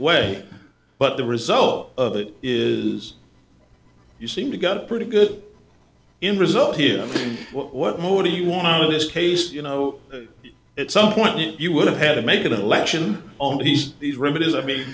way but the result of it is you seem to got pretty good in result here what more do you want out of this case you know at some point you would have had to make it a lesson on these these remedies i mean